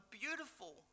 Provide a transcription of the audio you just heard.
beautiful